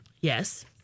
Yes